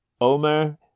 Omer